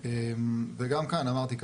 וגם כאן אמרתי,